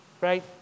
right